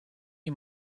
you